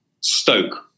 Stoke